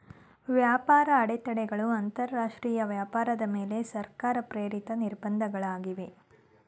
ವ್ಯಾಪಾರ ಅಡೆತಡೆಗಳು ಅಂತರಾಷ್ಟ್ರೀಯ ವ್ಯಾಪಾರದ ಮೇಲೆ ಸರ್ಕಾರ ಪ್ರೇರಿತ ನಿರ್ಬಂಧ ಗಳಾಗಿವೆ